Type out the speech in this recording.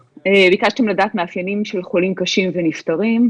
ביקשתם לדעת מאפיינים של חולים קשים ונפטרים.